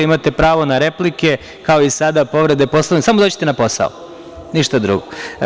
Imate pravo na replike, kao i sada povrede Poslovnika, samo dođite na posao, ništa drugo.